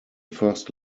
first